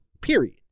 Period